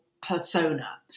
persona